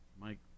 Mike